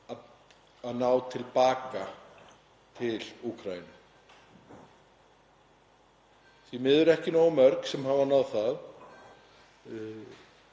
að ná til baka til Úkraínu, því miður ekki nógu mörg sem hafa náð því.